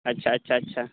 ᱟᱪᱪᱷᱟ ᱟᱪᱪᱷᱟ ᱪᱷᱟ